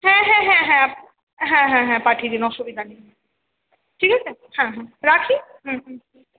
হ্যাঁ হ্যাঁ হ্যাঁ হ্যাঁ হ্যাঁ হ্যাঁ হ্যাঁ পাঠিয়ে দিন অসুবিধা নেই ঠিক আছে হ্যাঁ হ্যাঁ রাখি হুম হুম হুম